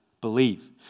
believe